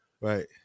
right